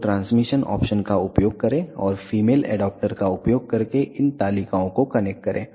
तो इस transmission option का उपयोग करें और फीमेल एडाप्टर का उपयोग करके इन तालिकाओं को कनेक्ट करें